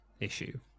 issue